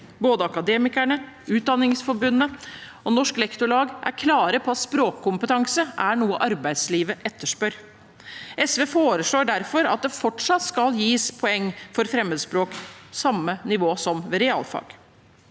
Både Akademikerne, Utdanningsforbundet og Norsk Lektorlag er klare på at språkkompetanse er noe arbeidslivet etterspør. SV foreslår derfor at det fortsatt skal gis poeng for fremmedspråk, på samme nivå som for realfag.